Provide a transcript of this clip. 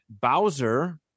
Bowser